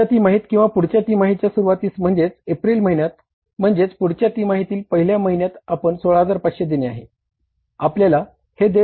पुढच्या तिमाहीत किंवा पुढच्या तिमाहीच्या सुरूवातीस म्हणजे एप्रिल महिन्यात म्हणजेच पुढच्या तिमाहीतील पहिल्या महिन्यात आपण 16500 देणे आहे